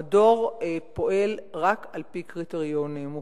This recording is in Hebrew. המדור פועל רק על-פי קריטריונים,